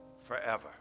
forever